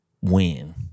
win